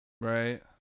Right